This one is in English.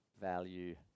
value